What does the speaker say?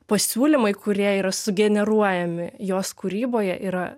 pasiūlymai kurie yra sugeneruojami jos kūryboje yra